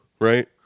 right